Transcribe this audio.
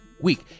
Week